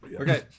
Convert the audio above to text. Okay